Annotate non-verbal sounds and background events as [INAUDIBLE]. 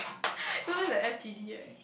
[NOISE] sometimes the S_T_D right